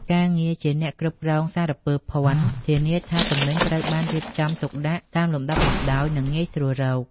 ការងារជាអ្នកគ្រប់គ្រងសារពើភ័ណ្ឌ ធានាថាទំនិញត្រូវបានរៀបចំទុកដាក់តាមលំដាប់លំដោយ និងងាយស្រួលរក។